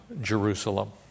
Jerusalem